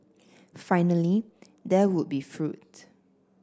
finally there would be fruit